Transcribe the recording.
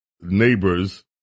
neighbors